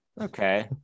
okay